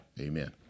amen